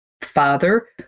father